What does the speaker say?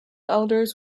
elders